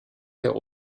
der